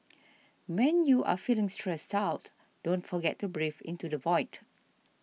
when you are feeling stressed out don't forget to breathe into the void